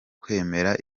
kwemera